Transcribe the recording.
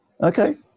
Okay